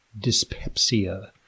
dyspepsia